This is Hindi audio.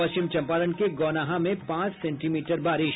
पश्चिम चंपारण के गौनाहा में पांच सेंटीमीटर बारिश